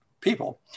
people